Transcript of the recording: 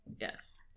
Yes